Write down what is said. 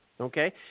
Okay